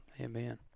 Amen